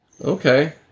Okay